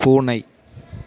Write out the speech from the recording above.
பூனை